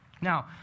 Now